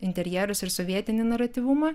interjerus ir sovietinį naratyvumą